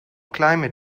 climate